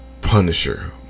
punisher